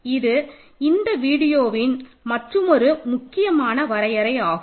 இது இந்த வீடியோவின் மற்றுமொரு முக்கியமான வரையறை ஆகும்